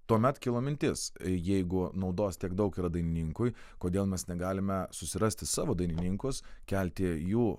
tuomet kilo mintis jeigu naudos tiek daug yra dainininkui kodėl mes negalime susirasti savo dainininkus kelti jų